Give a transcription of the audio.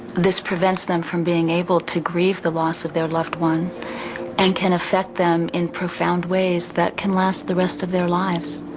this prevents them from being able to grieve the loss of their loved one and can affect them in profound ways that can last the rest of their lives.